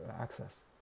access